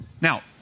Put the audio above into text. Now